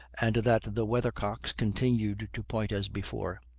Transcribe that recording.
and that the weathercocks continued to point as before.